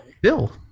Bill